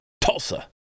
Tulsa